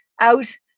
out